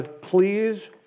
Please